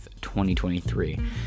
2023